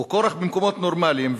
הוא כורח במקומות נורמליים,